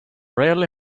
rarely